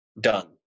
Done